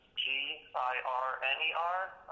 G-I-R-N-E-R